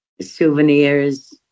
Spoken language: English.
souvenirs